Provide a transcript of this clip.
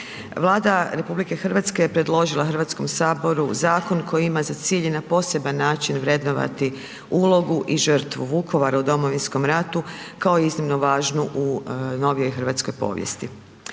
Vlada RH je predložila Hrvatskom saboru zakon koji ima za cilj i na poseban način vrednovati ulogu i žrtvu Vukovara u Domovinskom ratu kao iznimno važnu u novijoj hrvatskoj povijesti.